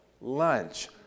lunch